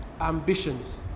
ambitions